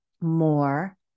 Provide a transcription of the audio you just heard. more